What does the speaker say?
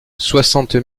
soixante